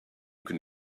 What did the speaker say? can